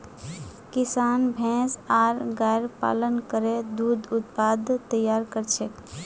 किसान भैंस आर गायर पालन करे दूध उत्पाद तैयार कर छेक